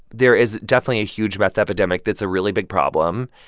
there is definitely a huge meth epidemic that's a really big problem.